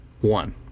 one